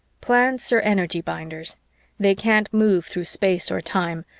plants are energy-binders they can't move through space or time,